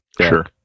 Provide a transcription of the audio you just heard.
Sure